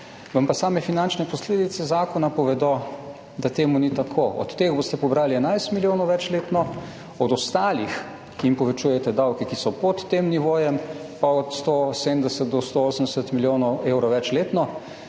vam pa same finančne posledice zakona povedo, da to ni tako. Od teh boste pobrali 11 milijonov več letno, od ostalih, ki jim povečujete davke, ki so pod tem nivojem, pa od 170 do 180 milijonov evrov več letno.